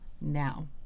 now